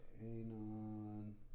anon